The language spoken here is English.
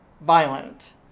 violent